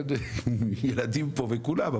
ילדים פה וכולם,